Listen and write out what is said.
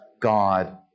God